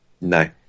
No